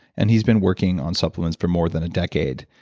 and he's been working on supplements for more than a decade.